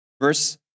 Verse